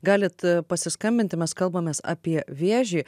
galit pasiskambinti mes kalbamės apie vėžį